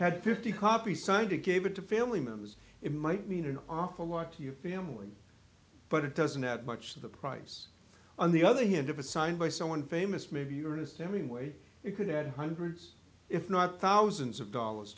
had fifty copies signed it gave it to family members it might mean an awful lot to your family but it doesn't add much to the price on the other hand if assigned by someone famous maybe ernest hemingway it could add hundreds if not thousands of dollars